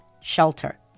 shelter